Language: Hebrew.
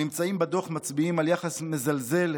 הממצאים בדוח מצביעים על יחס מזלזל,